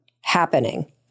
happening